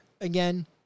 again